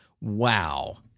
Wow